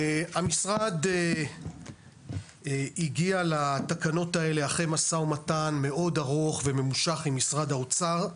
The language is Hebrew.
המשרד הגיע לתקנות האלה אחרי משא ומתן מאוד ארוך וממושך עם משרד האוצר.